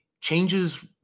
changes